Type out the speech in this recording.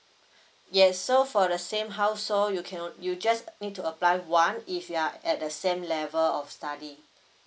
yes so for the same household you can you just need to apply one if you're at the same level of study